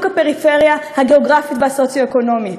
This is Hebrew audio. הפריפריה הגיאוגרפית והסוציו-אקונומית,